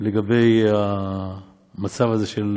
לגבי המצב הזה, של